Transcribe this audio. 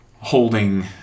holding